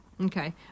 Okay